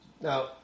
Now